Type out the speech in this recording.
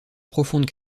profonde